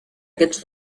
aquests